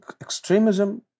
extremism